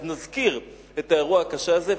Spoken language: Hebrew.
אז נזכיר את האירוע הקשה הזה,